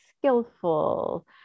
skillful